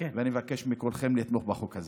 ואני מבקש מכולכם לתמוך בחוק הזה.